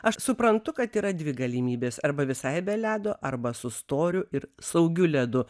aš suprantu kad yra dvi galimybės arba visai be ledo arba su storiu ir saugiu ledu